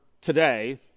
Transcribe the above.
today